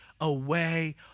away